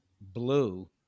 blue